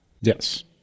yes